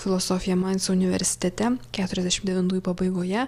filosofiją mainco universitete keturiasdešim devintųjų pabaigoje